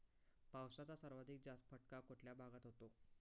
पावसाचा सर्वाधिक जास्त फटका कुठल्या भागात होतो?